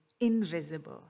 invisible